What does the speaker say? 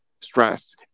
stress